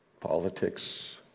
politics